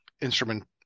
instrument